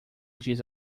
diz